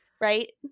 Right